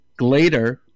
Glader